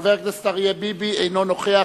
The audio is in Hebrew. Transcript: חבר הכנסת אריה ביבי אינו נוכח,